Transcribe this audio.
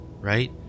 right